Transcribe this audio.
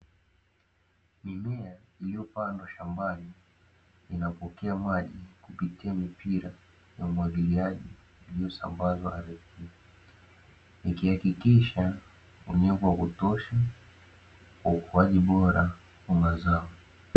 Mimea iliyopandwa shambani inapokea maji kupitia mipira ya umwagiliaji, iliyosambazwa ardhini ikihakikisha unyevu wakutosha kwa ukuaji bora wa mazao.